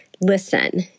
listen